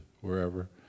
wherever